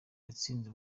yatsinze